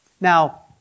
Now